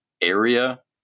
area